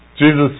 Jesus